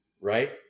right